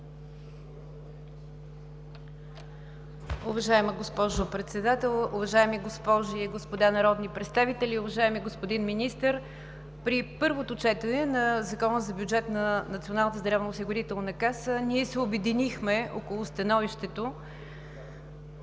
Уважаема госпожо Председател, уважаеми госпожи и господа народни представители, уважаеми господин Министър! При първото четене на Закона за бюджета на Националната здравноосигурителна каса ние се обединихме около становището,